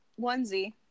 onesie